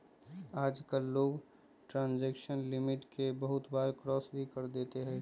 आजकल लोग transaction limit के बहुत बार क्रास भी कर देते हई